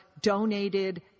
donated